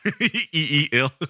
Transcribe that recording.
E-E-L